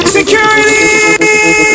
Security